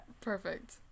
Perfect